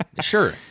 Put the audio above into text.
Sure